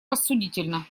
рассудительно